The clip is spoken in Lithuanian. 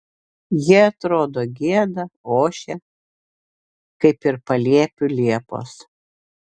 jie atrodo gieda ošia kaip ir paliepių liepos